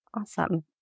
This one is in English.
Awesome